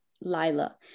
Lila